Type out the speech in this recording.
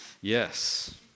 Yes